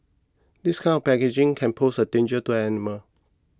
this kind of packaging can pose a danger to animals